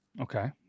Okay